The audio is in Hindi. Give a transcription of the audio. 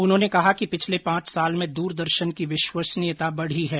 उन्होंने कहा कि पिछले पांच साल में दूरदर्शन की विश्वसनीयता बढ़ी है